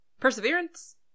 perseverance